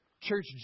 Church